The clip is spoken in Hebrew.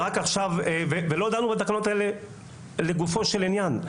ולא דנו בתקנות לגופו של עניין.